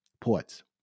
ports